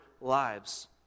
lives